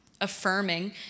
affirming